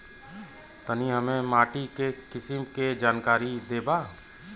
तनि हमें माटी के किसीम के जानकारी देबा?